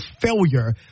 failure